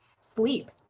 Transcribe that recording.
sleep